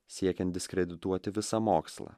siekiant diskredituoti visą mokslą